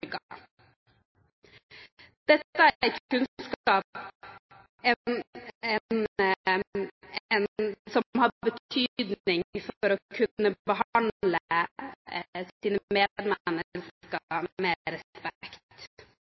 Dette er kunnskap som har betydning for å kunne behandle medmennesker med respekt.